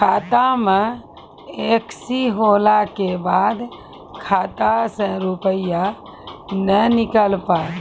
खाता मे एकशी होला के बाद खाता से रुपिया ने निकल पाए?